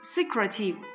Secretive